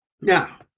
Now